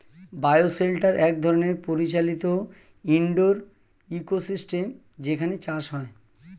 bio shelter এক ধরনের পরিচালিত ইন্ডোর ইকোসিস্টেম যেখানে চাষ হয়